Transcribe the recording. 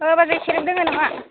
ओ बाजै सेरेब दोङो नामा